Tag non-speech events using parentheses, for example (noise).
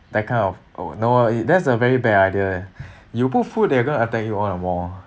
that kind of oh no uh that is a very bad idea eh (breath) you put food they're gonna attack you all the more (breath)